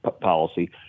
policy